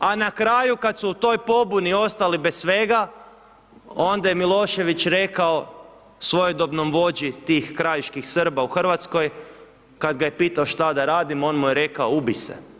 A na kraju kada su u toj pobuni ostali bez svega onda je Milošević rekao svojedobnom vođi tih krajiških Srba u Hrvatskoj kada ga je pitao što da radim, on mu je rekao - ubi se.